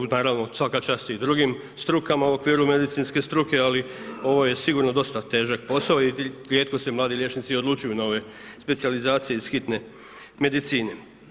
Naravno, svaka čast i drugim strukama u okviru medicinske struke, ali ovo je sigurno dosta težak posao i rijetko se mladi liječnici odlučuju na ove specijalizacije iz hitne medicine.